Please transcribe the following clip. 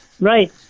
Right